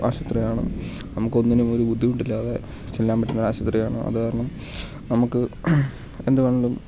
ആശുപത്രി ആണ് നമുക്ക് ഒന്നിനും ഒരു ബുദ്ധിമുട്ടും ഇല്ലാതെ ചെല്ലാൻ പറ്റുന്നൊരു ആശുപത്രി ആണ് അത് കാരണം നമുക്ക് എന്ത് വേണമെങ്കിലും